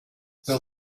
the